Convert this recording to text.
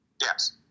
Yes